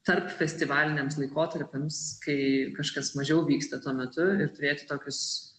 tarp festivaliniams laikotarpiams kai kažkas mažiau vyksta tuo metu ir turėti tokius